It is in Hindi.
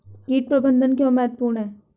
कीट प्रबंधन क्यों महत्वपूर्ण है?